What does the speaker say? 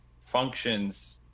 functions